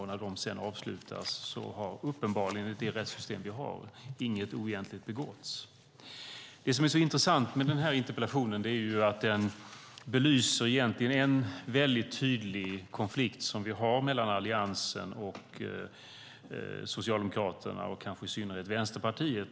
Och när de sedan avslutas har uppenbarligen, enligt det rättssystem vi har, inget oegentligt begåtts. Det som är intressant med den här interpellationen är att den egentligen belyser en tydlig konflikt som vi har mellan Alliansen och Socialdemokraterna och kanske i synnerhet Vänsterpartiet.